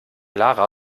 lara